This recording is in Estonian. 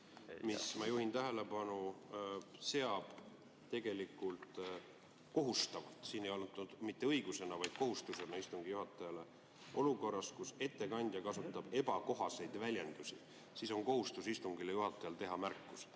mis – ma juhin tähelepanu – seab, tegelikult kohustab – siin ei anta mitte õigusena, vaid kohustusena istungi juhatajale – olukorras, kus ettekandja kasutab ebakohaseid väljendusi, istungi juhatajat tegema märkuse.